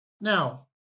Now